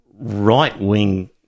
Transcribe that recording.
right-wing